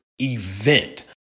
event